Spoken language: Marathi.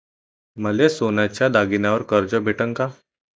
मले सोन्याच्या दागिन्यावर कर्ज भेटन का?